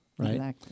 Right